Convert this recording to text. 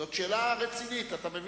זאת שאלה רצינית, אתה מבין.